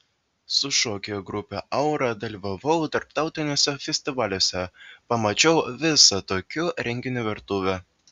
su šokių grupe aura dalyvavau tarptautiniuose festivaliuose pamačiau visą tokių renginių virtuvę